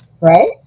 right